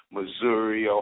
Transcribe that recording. Missouri